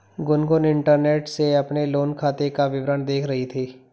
Gungun internet से अपने loan खाते का विवरण देख रही थी